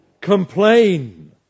Complain